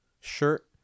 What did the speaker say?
shirt